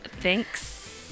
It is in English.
Thanks